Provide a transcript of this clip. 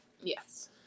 Yes